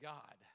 God